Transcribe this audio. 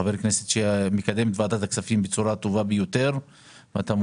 חבר כנסת שמקדם את ועדת הכספים בצורה הטובה ביותר ואחרי